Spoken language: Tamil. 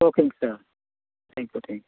ஓகேங்க sir thank you thank you